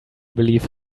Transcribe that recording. believe